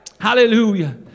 Hallelujah